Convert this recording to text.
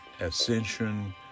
ascension